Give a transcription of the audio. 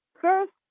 First